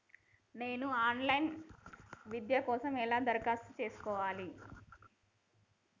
నేను online విద్య కోసం ఎలా దరఖాస్తు చేసుకోవాలి?